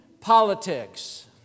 politics